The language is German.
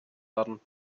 werden